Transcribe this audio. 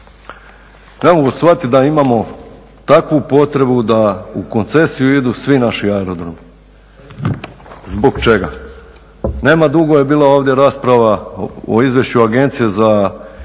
ne mogu shvatiti da imamo takvu potrebu da u koncesiju idu svi naši aerodromi. Zbog čega? Nema dugo je bila ovdje rasprava o Izvješću agencije za zaštitu